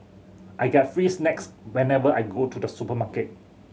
I get free snacks whenever I go to the supermarket